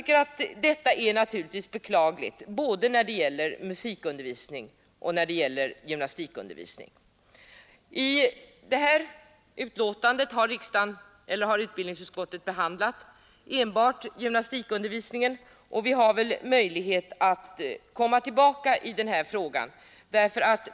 Detta är naturligtvis beklagligt både när det gäller musikundervisning och när det gäller gymnastikundervisning. I det här betänkandet har utbildningsutskottet behandlat enbart gymnastikundervisningen, och vi har väl möjlighet att komma tillbaka i frågan.